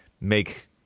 make